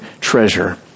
treasure